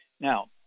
Now